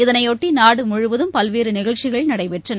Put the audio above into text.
இதனையொட்டிநாடுமுழுவதும் பல்வேறுநிகழ்ச்சிகள் நடைபெற்றன